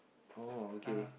oh okay